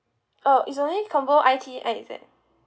uh it's only combo I_T and I_Z